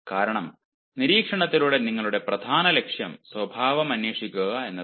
കാരണം നിരീക്ഷണത്തിലൂടെ നിങ്ങളുടെ പ്രധാന ലക്ഷ്യം സ്വഭാവം അന്വേഷിക്കുക എന്നതാണ്